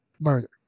murder